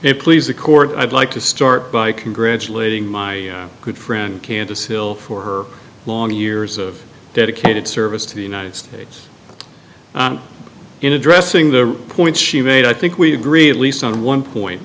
it please the court i'd like to start by congratulating my good friend candace hill for her long years of dedicated service to the united states in addressing the point she made i think we agree at least on one point